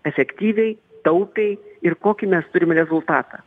efektyviai taupiai ir kokį mes turim rezultatą